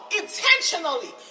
intentionally